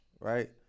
Right